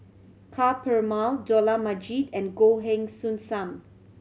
Ka Perumal Dollah Majid and Goh Heng Soon Sam